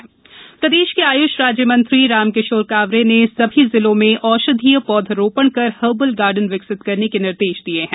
herbal garden प्रदेश के आय्ष राज्यमंत्री रामकिशोर कावरे ने सभी जिलों में औषधीय पौधरोपण कर हर्बल गार्डन विकसित करने के निर्देश दिए हैं